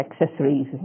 accessories